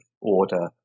order